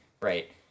right